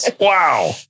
Wow